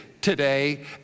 today